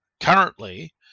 currently